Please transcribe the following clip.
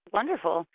Wonderful